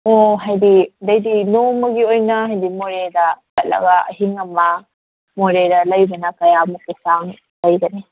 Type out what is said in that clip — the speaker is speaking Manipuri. ꯑꯣ ꯍꯥꯏꯗꯤ ꯑꯗꯩꯗꯤ ꯅꯣꯡꯃꯒꯤ ꯑꯣꯏꯅ ꯍꯥꯏꯗꯤ ꯃꯣꯔꯦꯗ ꯆꯠꯂꯒ ꯑꯍꯤꯡ ꯑꯃ ꯃꯣꯔꯦꯗ ꯂꯩꯕꯅ ꯀꯌꯥꯃꯨꯛꯀꯤ ꯆꯥꯡ ꯑꯣꯏꯒꯅꯤ